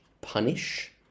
punish